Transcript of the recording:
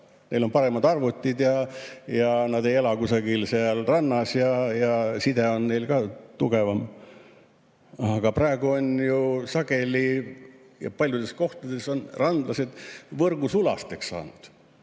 Neil on paremad arvutid ja nad ei ela kusagil rannas ja side on neil ka tugevam. Aga praegu on ju sageli ja paljudes kohtades randlased võrgusulasteks saanud.